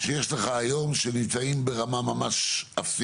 שיש לך היום שנמצאות ברמה אפסית,